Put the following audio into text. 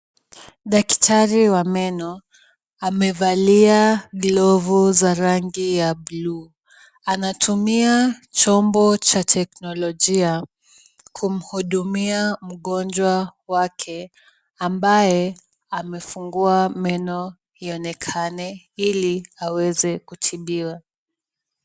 Daktari wa meno amevalia glovu za rangi ya blue . Anatumia chombo cha teknolojia kumhudumia mgonjwa wake, ambaye amefungua meno ionekane ili aweze kutibiwa.